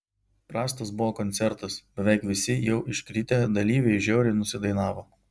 prastas buvo koncertas beveik visi jau iškritę dalyviai žiauriai nusidainavo